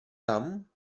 tam